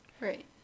Right